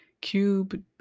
Cube